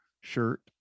shirt